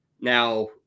Now